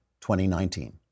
2019